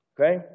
okay